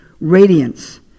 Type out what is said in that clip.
radiance